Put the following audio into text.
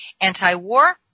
anti-war